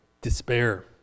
despair